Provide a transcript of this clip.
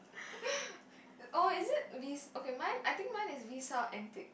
oh is it we okay mine I think mine is we sell antique